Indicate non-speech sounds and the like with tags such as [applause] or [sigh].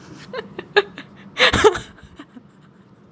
[laughs]